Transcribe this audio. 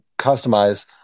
customize